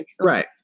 Right